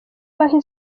banki